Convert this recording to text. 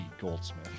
Goldsmith